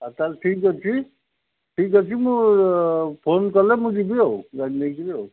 ଆଉ ତା'ହେଲେ ଠିକ୍ ଅଛି ଠିକ୍ ଅଛି ମୁଁ ଫୋନ୍ କଲେ ମୁଁ ଯିବି ଆଉ ଗାଡ଼ି ନେଇକିରି ଆଉ